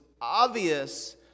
obvious